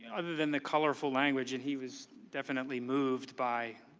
other than the colorful language. and he was definitely moved by